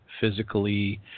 physically